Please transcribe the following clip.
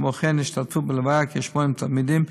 כמו כן, השתתפו בלוויה כ-80 תלמידים,